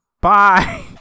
Bye